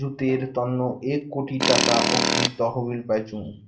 জুতের তন্ন এক কোটি টাকা অব্দি তহবিল পাইচুঙ